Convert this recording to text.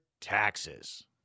taxes